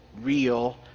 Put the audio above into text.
Real